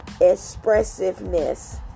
expressiveness